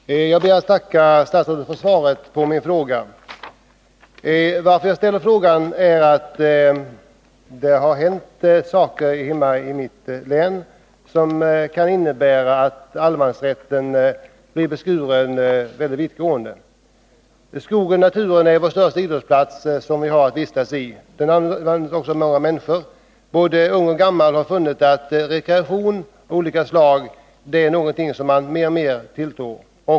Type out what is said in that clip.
Herr talman! Jag ber att få tacka statsrådet för svaret på min fråga. Anledningen till att jag ställt frågan är att det har hänt saker hemma i mitt län som kan innebära att allemansrätten blir väldigt hård beskuren. Skogen och naturen är vår största idrottsplats. Såväl unga som gamla finner där rekreation av olika slag.